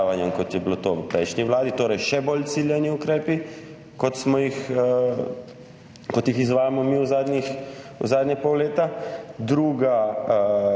kot je bilo to v prejšnji vladi, torej še bolj ciljani ukrepi, kot jih izvajamo zadnjega pol leta; drugo